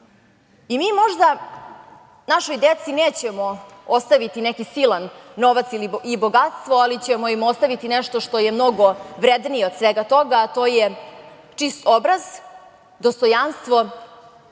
možda našoj deci nećemo ostaviti neki silan novac i bogatstvo, ali ćemo im ostaviti nešto što je mnogo vrednije od svega toga, a to je čist obraz, dostojanstvo,